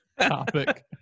topic